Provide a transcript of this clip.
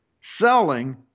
selling